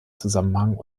zusammenhang